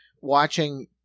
watching